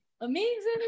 Amazing